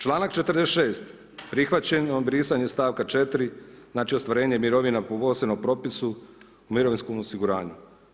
Članak 46. prihvaćeno brisanje stavka 4. znači ostvarenje mirovina po posebnom propisu u mirovinskom osiguranju.